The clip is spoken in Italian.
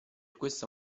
questo